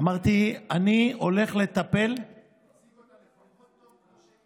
תציג אותה לפחות טוב כמו